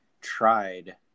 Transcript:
tried